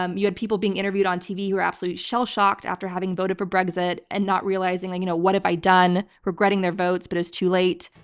um you had people being interviewed on tv who were absolutely shellshocked after having voted for brexit, and not realizing like you know what have i done, regretting their votes but it's too late.